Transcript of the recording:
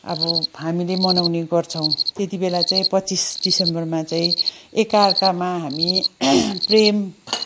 अब हामीले मनाउने गर्छौँ त्यति बेला चाहिँ पच्चिस दिसम्बरमा चाहिँ एकार्कामा हामी प्रेम